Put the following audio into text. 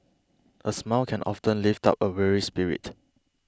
a smile can often lift up a weary spirit